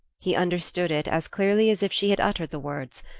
he understood it as clearly as if she had uttered the words,